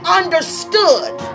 understood